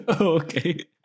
okay